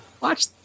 watch